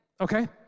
Okay